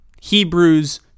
Hebrews